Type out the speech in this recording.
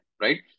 right